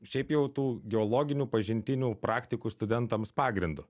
šiaip jau tų geologinių pažintinių praktikų studentams pagrindu